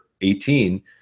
18